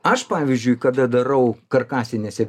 aš pavyzdžiui kada darau karkasinėse